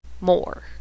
more